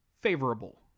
favorable